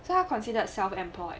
so 他 considered self employed